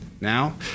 Now